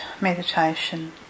meditation